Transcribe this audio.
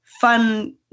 fun